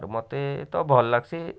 ମୋତେ ତ ଭଲ୍ ଲାଗସି